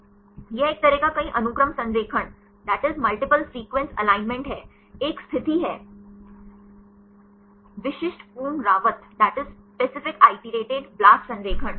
यह एक तरह का कई अनुक्रम संरेखण है एक स्थिति है विशिष्ट पुनरावृत्त BLAST संरेखण